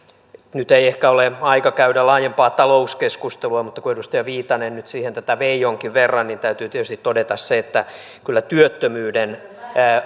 nyt ei ehkä ole aika käydä laajempaa talouskeskustelua mutta kun edustaja viitanen nyt siihen tätä vei jonkin verran niin täytyy tietysti todeta se että kyllä työttömyyden